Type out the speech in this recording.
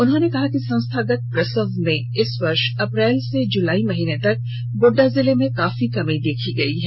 उन्होंने कहा कि संस्थागत प्रसव में इस वर्ष अप्रैल से जुलाई माह तक गोड्डा जिले में काफी कमी देखी गई है